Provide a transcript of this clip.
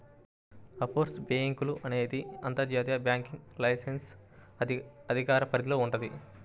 offshore బ్యేంకులు అనేది అంతర్జాతీయ బ్యాంకింగ్ లైసెన్స్ అధికార పరిధిలో వుంటది